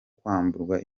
kwamburwa